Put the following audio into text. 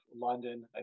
London